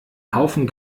haufen